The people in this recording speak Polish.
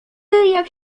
jak